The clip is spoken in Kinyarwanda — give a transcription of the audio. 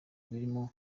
birimo